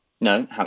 No